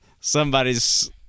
Somebody's